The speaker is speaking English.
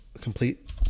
complete